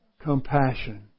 Compassion